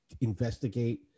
investigate